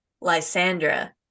Lysandra